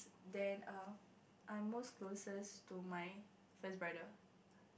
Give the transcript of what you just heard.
then err I'm most closest to my first brother